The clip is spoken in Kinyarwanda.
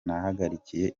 nahagiriye